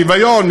שוויון,